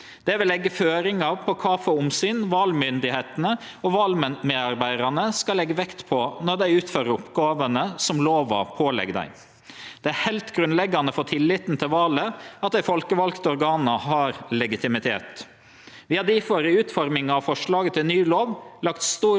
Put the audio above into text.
Det er heilt grunnleggjande for tilliten til valet at dei folkevalde organa har legitimitet. Vi har difor i utforminga av forslaget til ny lov lagt stor vekt på at reglane skal bidra til at veljarane framleis skal ha tillit til måten val vert gjennomførte på. Mellom anna vert det føreslått å stille større krav